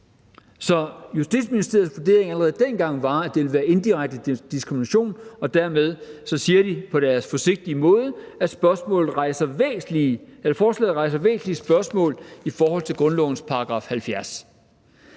Så Justitsministeriets vurdering allerede dengang var, at det ville være indirekte diskrimination, og dermed siger de på deres forsigtige måde, at forslaget rejser væsentlige spørgsmål i forhold til grundlovens § 70.